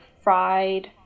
fried